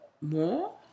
More